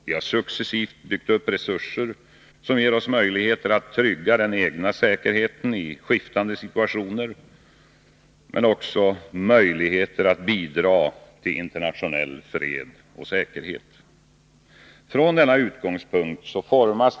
Vi har successivt byggt upp resurser som ger oss möjligheter att trygga den egna säkerheten i skiftande situationer och också möjligheter att bidra till internationell fred och säkerhet. Från denna utgångspunkt formas.